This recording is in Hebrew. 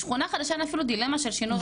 בשכונה חדשה אין אפילו דילמה של שינוי שמות.